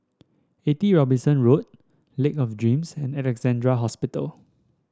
Eighty Robinson Road Lake of Dreams and Alexandra Hospital